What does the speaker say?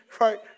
right